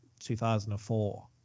2004